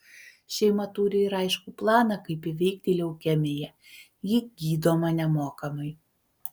šeima turi ir aiškų planą kaip įveikti leukemiją ji gydoma nemokamai